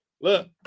Look